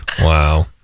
Wow